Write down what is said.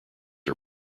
are